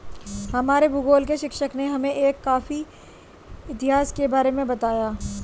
हमारे भूगोल के शिक्षक ने हमें एक कॉफी इतिहास के बारे में बताया